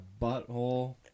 butthole